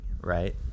right